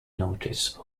notice